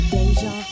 Deja